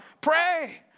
Pray